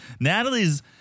Natalie's